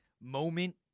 moment